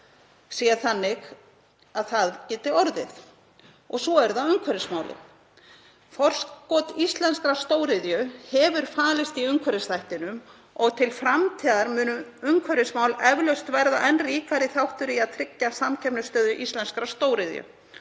sé þannig að svo geti orðið. Síðan eru það umhverfismálin. Forskot íslenskrar stóriðju hefur falist í umhverfisþættinum og til framtíðar munu umhverfismál eflaust verða enn ríkari þáttur í að tryggja samkeppnisstöðu íslenskrar stóriðju.